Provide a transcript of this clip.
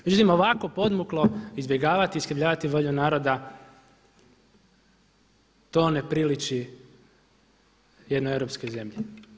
Međutim ovako podmuklo izbjegavati i iskrivljavati volju naroda, to ne priliči jednoj europskoj zemlji.